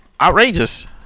outrageous